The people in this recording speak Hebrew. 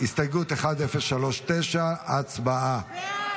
הסתייגות 1039, הצבעה.